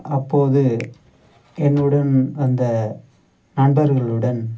அப்போது என்னுடன் அந்த நண்பர்களுடன்